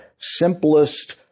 simplest